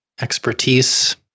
expertise